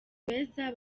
beza